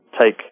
take